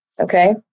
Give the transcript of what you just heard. Okay